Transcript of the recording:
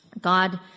God